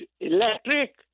Electric